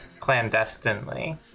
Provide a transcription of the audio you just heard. clandestinely